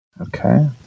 Okay